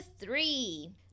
three